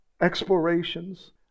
explorations